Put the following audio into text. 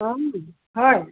অঁ হয়